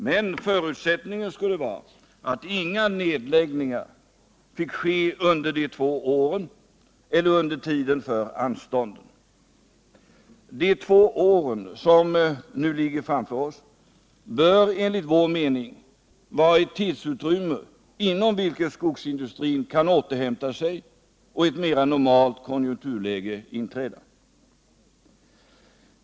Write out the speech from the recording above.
Men förutsättningen skulle vara att inga nedläggningar fick ske under de två åren eller under tiden för anstånden. De två år som nu ligger framför oss bör enligt vår mening vara ett tidsutrymme inom vilket skogsindustrin kan återhämta sig och ett mer normalt konjunkturläge inträda.